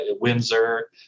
Windsor